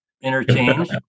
Interchange